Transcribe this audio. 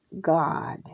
God